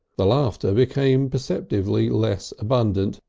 the laughter became perceptibly less abundant,